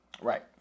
right